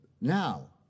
Now